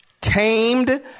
tamed